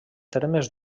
termes